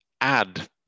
add